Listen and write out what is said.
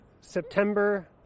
September